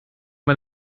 mal